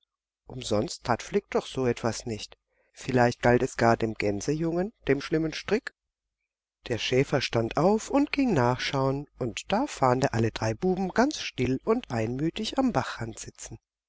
umsonst tat flick doch so etwas nicht vielleicht galt es gar dem gänsejungen dem schlimmen strick der schäfer stand auf und ging nachschauen und da fand er alle drei buben ganz still und einmütig am bachrand sitzen